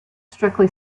strictly